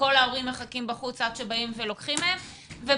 לכן כל ההורים מחכים בחוץ עד שבאים ולוקחים מהם את הילד.